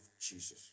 Jesus